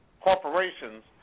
corporations